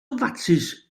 fatsis